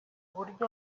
buryo